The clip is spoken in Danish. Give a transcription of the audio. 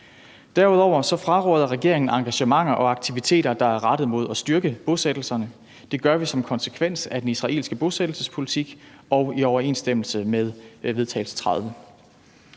Derudover fraråder regeringen engagementer og aktiviteter, der er rettet mod at styrke bosættelserne. Det gør vi som en konsekvens af den israelske bosættelsespolitik og i overensstemmelse med forslag til